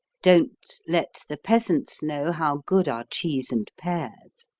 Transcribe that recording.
don't let the peasants know how good are cheese and pears.